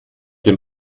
dem